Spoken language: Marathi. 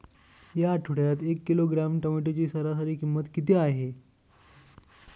या आठवड्यात एक किलोग्रॅम टोमॅटोची सरासरी किंमत किती आहे?